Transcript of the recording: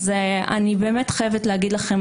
אז אני חייבת להגיד לכם,